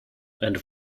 and